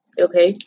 Okay